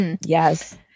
Yes